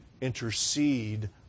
intercede